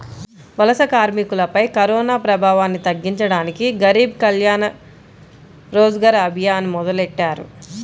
వలస కార్మికులపై కరోనాప్రభావాన్ని తగ్గించడానికి గరీబ్ కళ్యాణ్ రోజ్గర్ అభియాన్ మొదలెట్టారు